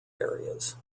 areas